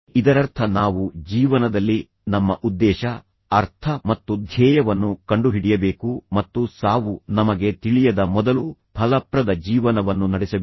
ಇದರರ್ಥ ನಾವು ಜೀವನದಲ್ಲಿ ನಮ್ಮ ಉದ್ದೇಶ ಅರ್ಥ ಮತ್ತು ಧ್ಯೇಯವನ್ನು ಕಂಡುಹಿಡಿಯಬೇಕು ಮತ್ತು ಸಾವು ನಮಗೆ ತಿಳಿಯದ ಮೊದಲು ಫಲಪ್ರದ ಜೀವನವನ್ನು ನಡೆಸಬೇಕು